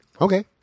Okay